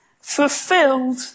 fulfilled